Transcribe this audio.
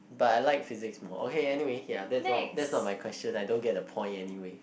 but I like Physics more okay anyway ya that's not that's not my question I don't get the point anyway